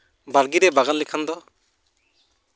ᱵᱟᱲᱜᱮ ᱨᱮ ᱵᱟᱜᱟᱱ ᱞᱮᱠᱷᱟᱱ ᱫᱚ